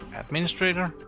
administrator,